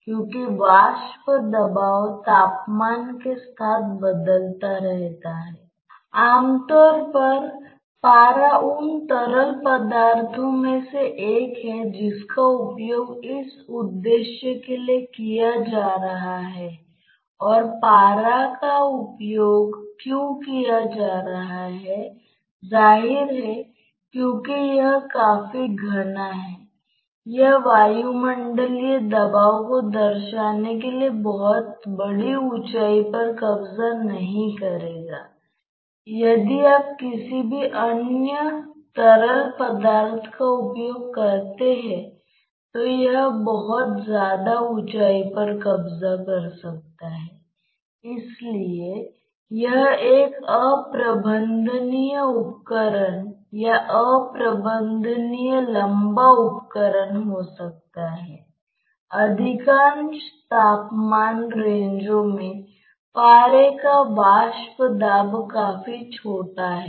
तो आप स्पष्ट रूप से देख सकते हैं कि हालांकि वेग घटक समय के फंक्शन नहीं हैं फिर भी आपको एक त्वरण प्राप्त होता है